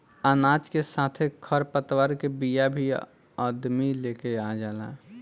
अनाज के साथे खर पतवार के बिया भी अदमी लेके आ जाला